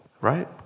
right